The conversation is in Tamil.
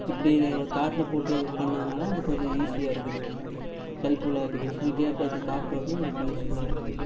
இப்படி கார்ட்டில் போட்டு பண்ணதுனால எனக்கு கொஞ்சம் ஈசியாக இருக்குது ஹெல்ப்ஃபுல்லாக இருக்குது ஸ்விகி ஆப்பில் அந்த கார்ட் வந்து எனக்கு யூஸ்ஃபுல்லாக இருக்குது